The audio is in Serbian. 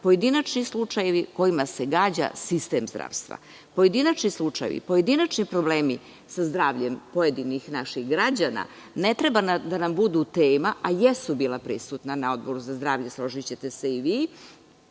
pojedinačni slučajevi kojima se gađa sistem zdravstva. Pojedinačni slučajevi, pojedinačni problemi sa zdravljem pojedinih naših građana, ne treba da nam budu tema, a jesu bila prisutna na Odboru za zdravlje, složićete se i vi. Ja